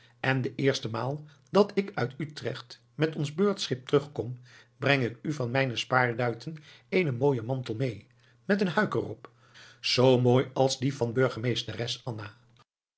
en de eerste maal dat ik uit utrecht met ons beurtschip terugkom breng ik u van mijne spaarduiten eenen mooien mantel meê met eene huik er op zoo mooi als die van burgemeesters